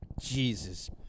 Jesus